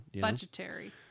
budgetary